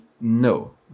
No